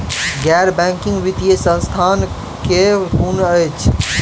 गैर बैंकिंग वित्तीय संस्था केँ कुन अछि?